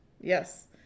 Yes